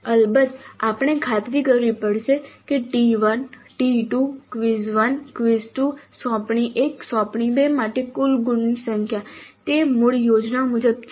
અલબત્ત આપણે ખાતરી કરવી પડશે કે T1 T2 ક્વિઝ 1 ક્વિઝ 2 સોંપણી 1 અને સોંપણી 2 માટે કુલ ગુણની સંખ્યા તે મૂળ યોજના મુજબ છે